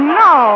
no